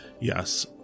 Yes